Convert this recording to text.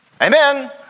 Amen